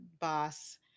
boss